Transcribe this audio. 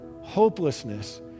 hopelessness